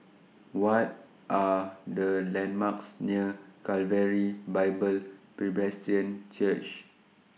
What Are The landmarks near Calvary Bible Presbyterian Church